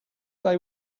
they